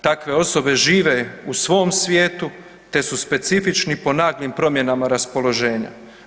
Takve osobe žive u svom svijetu te su specifični po naglim promjenama raspoloženja.